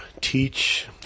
teach